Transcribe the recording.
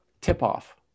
tip-off